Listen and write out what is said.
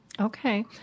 Okay